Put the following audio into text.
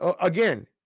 again